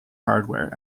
hardware